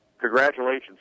congratulations